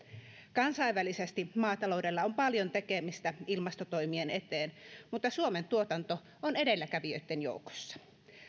kansainvälisesti maataloudella on paljon tekemistä ilmastotoimien eteen mutta suomen tuotanto on edelläkävijöitten joukossa